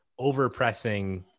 overpressing